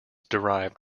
derived